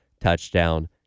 touchdown